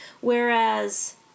Whereas